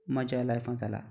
म्हज्या लायफा जाला